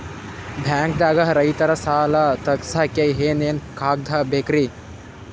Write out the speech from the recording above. ಬ್ಯಾಂಕ್ದಾಗ ರೈತರ ಸಾಲ ತಗ್ಸಕ್ಕೆ ಏನೇನ್ ಕಾಗ್ದ ಬೇಕ್ರಿ?